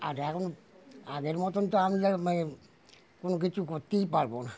আর এখন আগের মতোন তো আমি মানে কোনো কিছু করতেই পারবো না